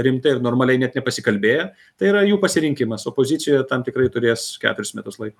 rimtai ir normaliai net nepasikalbėję tai yra jų pasirinkimas opozicijoje tam tikrai turės keturis metus laiko